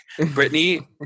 Britney